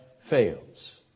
fails